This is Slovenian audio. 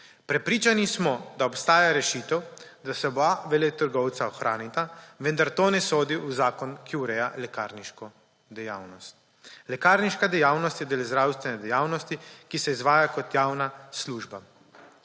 Prepričani smo, da obstaja rešitev, da se oba veletrgovca ohranita, vendar to ne sodi v zakon, ki ureja lekarniško dejavnost. Lekarniška dejavnost je del zdravstvene dejavnosti, ki se izvaja kot javna služba.